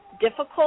difficult